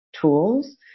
tools